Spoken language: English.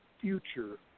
future